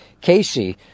Casey